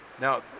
Now